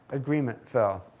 agreement fell.